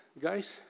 Guys